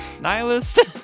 Nihilist